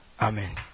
Amen